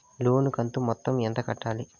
లోను కంతు మొత్తం ఎంత కట్టాలి?